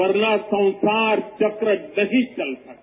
वर्ना संसार चक्र नहीं चल सकता